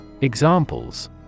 Examples